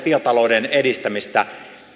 biotalouden edistämistä